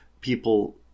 people